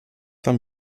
haben